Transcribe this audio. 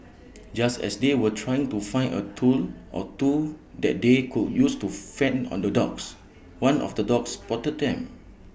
just as they were trying to find A tool or two that they could use to fend on the dogs one of the dogs spotted them